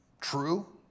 true